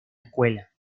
escuela